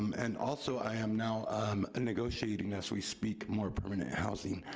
um and also, i am now um ah negotiating, as we speak, more permanent housing.